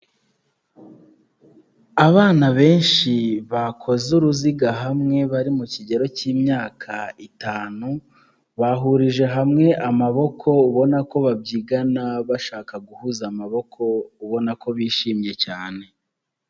Abana benshi bakoze uruziga hamwe bari mu kigero cy'imyaka itanu, bahurije hamwe amaboko ubona ko babyigana bashaka guhuza amaboko, ubona ko bishimye cyane.